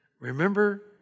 Remember